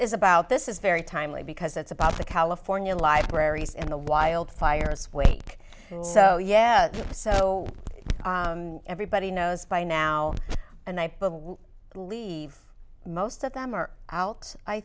is about this is very timely because it's about the california libraries and the wildfires wait yeah so everybody knows by now and they leave most of them are out i